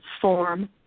form